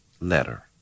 letter